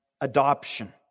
adoption